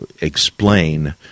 explain